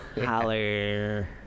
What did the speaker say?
Holler